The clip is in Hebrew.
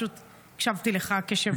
פשוט הקשבתי לך קשב רב.